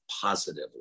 positively